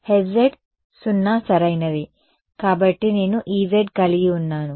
H z 0 సరైనది కాబట్టి నేను Ez కలిగి ఉన్నాను